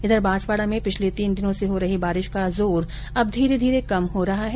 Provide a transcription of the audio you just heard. इधर बांसवाडा में पिछले तीन दिनों से हो रही बारिश का जोर अब धीरे घीरे कम हो रहा है